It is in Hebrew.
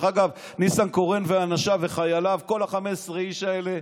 אגב, ניסנקורן ואנשיו וחייליו, כל 15 האנשים האלה,